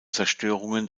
zerstörungen